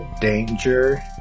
danger